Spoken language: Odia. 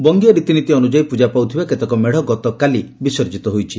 ବଙ୍ଗୀୟ ରୀତିନୀତି ଅନୁଯାୟୀ ପୂଜା ପାଉଥିବା କେତେକ ମେଡ଼ ଗତକାଲି ବିସର୍ଜିତ ହୋଇଛି